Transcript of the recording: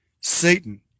Satan